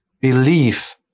belief